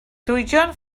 llwydion